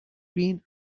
green